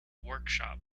workshop